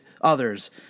others